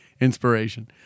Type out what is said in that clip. inspiration